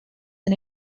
and